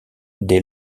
dès